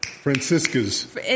Francisca's